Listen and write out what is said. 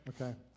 Okay